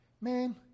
Man